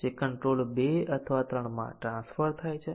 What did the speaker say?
અને કંટ્રોલર માં 20 30 કોમ્પોનન્ટ ની કન્ડીશન ખૂબ સામાન્ય છે